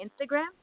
Instagram